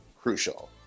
crucial